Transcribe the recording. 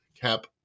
cap